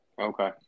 Okay